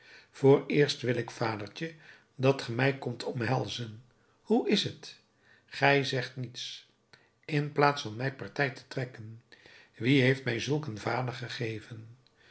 vooreerst wil ik vadertje dat ge mij komt omhelzen hoe is t gij zegt niets in plaats van mijn partij te trekken wie heeft mij zulk een vader gegeven